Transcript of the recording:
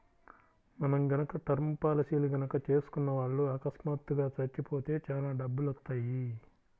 మనం గనక టర్మ్ పాలసీలు గనక చేసుకున్న వాళ్ళు అకస్మాత్తుగా చచ్చిపోతే చానా డబ్బులొత్తయ్యి